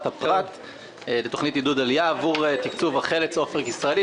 הפרט לתוכנית עידוד עלייה עבור תקצוב החל"צ "אופק ישראלי",